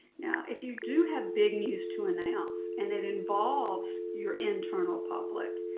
now if you do have big news to announce and it involves your internal public,